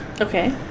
Okay